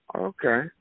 Okay